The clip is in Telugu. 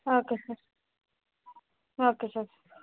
okay sir okay sir